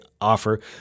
offer